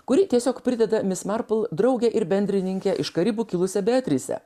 kuri tiesiog prideda mis marpl draugę ir bendrininkę iš karibų kilusią beatrisę